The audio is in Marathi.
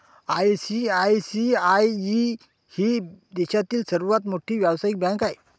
आई.सी.आई.सी.आई ही देशातील सर्वात मोठी व्यावसायिक बँक आहे